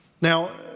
Now